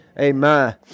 Amen